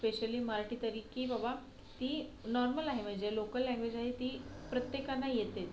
specially Marathi तरी की बबा ती नॉर्मल आहे म्हणजे लोकल लँग्वेज आहे ती प्रत्येकांना येते